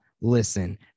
listen